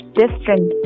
different